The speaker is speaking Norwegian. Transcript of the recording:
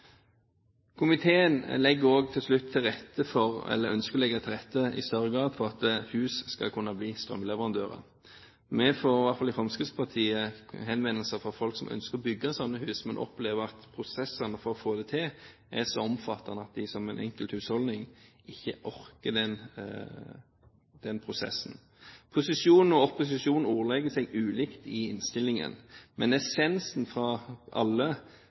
Komiteen ønsker i større grad å legge til rette for at hus skal kunne bli strømleverandører. Vi i Fremskrittspartiet får henvendelser fra folk som ønsker å bygge slike hus, men opplever at prosessene for å få det til er så omfattende at de som en enkelthusholdning ikke orker den prosessen. Posisjon og opposisjon ordlegger seg ulikt i innstillingen, men essensen fra alle